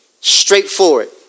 straightforward